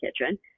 kitchen